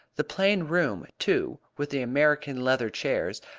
the plain room, too, with the american leather chairs,